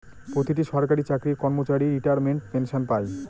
প্রতিটি সরকারি চাকরির কর্মচারী রিটায়ারমেন্ট পেনসন পাই